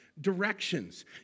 directions